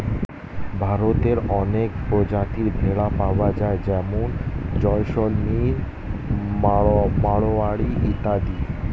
ভারতে অনেক প্রজাতির ভেড়া পাওয়া যায় যেমন জয়সলমিরি, মারোয়ারি ইত্যাদি